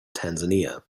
tanzania